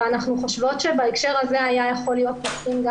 ואנחנו חושבות שבהקשר הזה היה יכול להיות מתאים גם